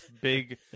big